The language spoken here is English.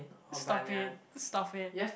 stop it stop it